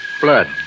Blood